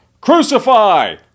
Crucify